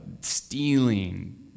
stealing